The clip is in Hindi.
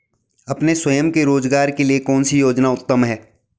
अपने स्वयं के रोज़गार के लिए कौनसी योजना उत्तम है?